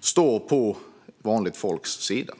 står på vanligt folks sida.